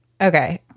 okay